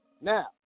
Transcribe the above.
Now